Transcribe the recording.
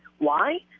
why?